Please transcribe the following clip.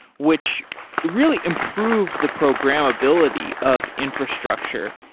which really improved the programmability of infrastructure.